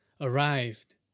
arrived